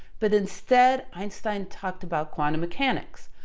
but instead, einstein talked about quantum mechanics,